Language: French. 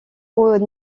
haut